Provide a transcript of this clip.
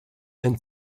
and